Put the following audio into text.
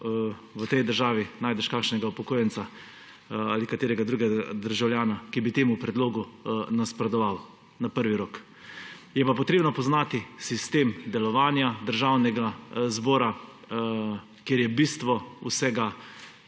v tej državi najdeš kakšnega upokojenca ali katerega drugega državljana, ki bi temu predlogu nasprotoval na prvi rok. Je pa treba poznati sistem delovanja Državnega zbora, kjer je bistvo vsega